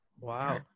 Wow